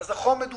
אז החום מדווח.